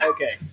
Okay